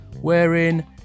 Wherein